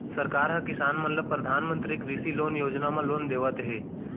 सरकार ह किसान मन ल परधानमंतरी कृषि लोन योजना म लोन देवत हे